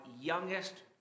youngest